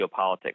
geopolitics